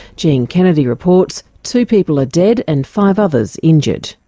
jean kennedy reports two people are dead and five others injured.